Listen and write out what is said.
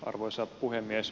arvoisa puhemies